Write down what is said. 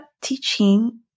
teaching